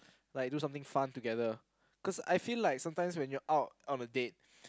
like do something fun together cause I feel like sometimes when you're out on a date